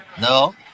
No